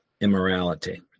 immorality